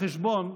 בחשבון,